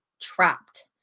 trapped